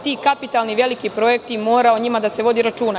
Ti kapitalni veliki projekti, o njima mora da se vodi računa.